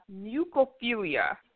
mucophilia